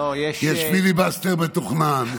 יש פיליבסטר מתוכנן?